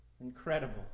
Incredible